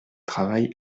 travail